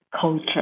culture